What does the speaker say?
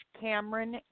Cameron